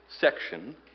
section